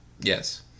yes